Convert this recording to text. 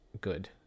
good